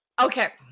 Okay